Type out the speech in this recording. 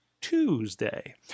Tuesday